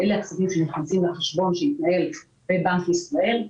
שהם הכספים שנכנסים לחשבון שיתנהל בבנק ישראל,